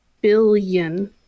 billion